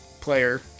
player